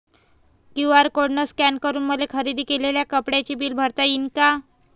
QR code scan करून मले खरेदी केलेल्या कापडाचे बिल भरता यीन का?